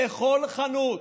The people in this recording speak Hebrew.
לכל חנות,